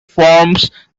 forms